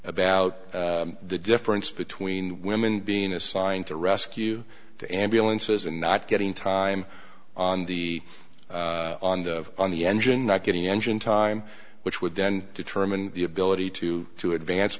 about the difference between women being assigned to rescue the ambulances and not getting time on the on the on the engine not getting engine time which would then determine the ability to to advance